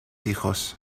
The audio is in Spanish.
hijos